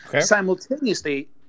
Simultaneously